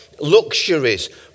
luxuries